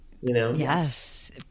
Yes